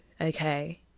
okay